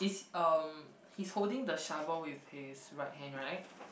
um he's holding the shovel with his right hand right